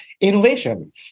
innovation